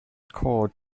called